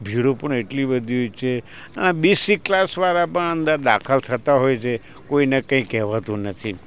ભીડો પણ એટલી બધી હોય છે આ બેસિક ક્લાસવાળા પણ અંદર દાખલ થતા હોય છે કે કોઈને કંઈ કહેવાતુ નથી